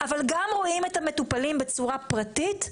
אבל גם רואים את המטופלים בצורה פרטית,